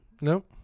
No